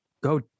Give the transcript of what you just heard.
Go